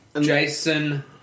Jason